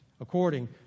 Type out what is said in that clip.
according